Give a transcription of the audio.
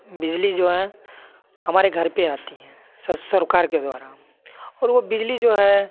बिजली जो हैं हमारे घर पे आती है सरकार के द्वारा और वो बिजली जो है